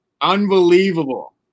Unbelievable